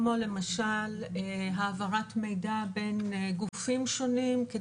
כמו למשל העברת מידע בין גופים שונים.